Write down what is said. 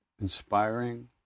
inspiring